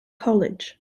college